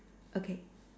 okay